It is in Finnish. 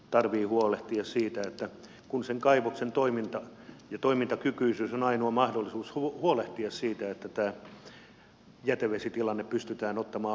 tarve huolehtia siitä että kun sen kaivoksen toiminta ja toimintakykyisyys on ainoa mahdollisuus huolehtia siitä että tämä jätevesitilanne pystytään ottamaan haltuun ja hallitsemaan